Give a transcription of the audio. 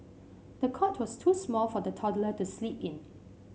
the cot was too small for the toddler to sleep in